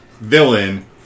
villain